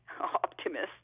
optimist